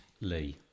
Lee